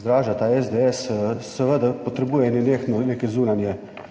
izraža ta SDS, seveda potrebuje nenehno neke